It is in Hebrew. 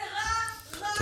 זה רע, רע, רע.